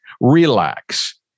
relax